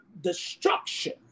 destruction